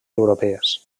europees